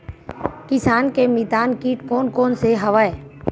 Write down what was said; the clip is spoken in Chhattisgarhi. किसान के मितान कीट कोन कोन से हवय?